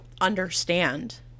understand